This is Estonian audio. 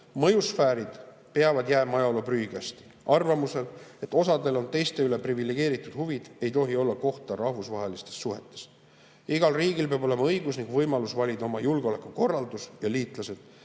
mõjusfäärid peavad jääma ajaloo prügikasti. Arvamusel, et osadel on teiste üle privilegeeritud huvid, ei tohi olla kohta rahvusvahelistes suhetes. Igal riigil peab olema õigus ning võimalus valida oma julgeolekukorraldus ja liitlased,